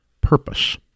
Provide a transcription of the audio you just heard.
purpose